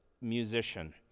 musician